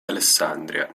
alessandria